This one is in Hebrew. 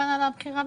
הבכירה,